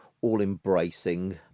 all-embracing